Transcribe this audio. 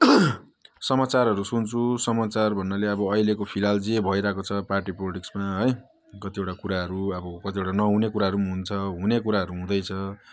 समचारहरू सुन्छु समचार भन्नाले अब अहिलेको फिलहाल जे भइरहेको छ पार्टी पोलिटिक्समा है कतिवटा कुराहरू अब कतिवटा नहुने कुराहरू हुन्छ हुने कुराहरू हुँदैछ